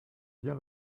bien